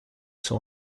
son